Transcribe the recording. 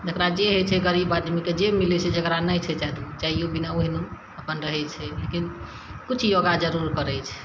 जेकरा जे हइ छै गरीब आदमीके जे मिलै छै जेकरा नहि छै चाहे तऽ चाहिओ बिना ओहिमे अपन रहै छै लेकिन किछु योगा जरूर करै छै